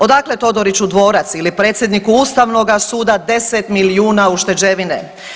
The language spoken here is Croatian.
Odakle Todoriću dvorac ili predsjedniku Ustavnoga suda 10 milijuna ušteđevine.